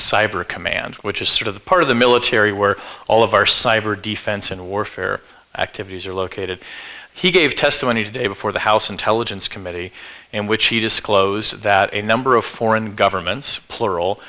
cyber command which is sort of the part of the military were all of our cyber defense in warfare activities are located he gave testimony today before the house intelligence committee in which he disclosed that a number of foreign governments plural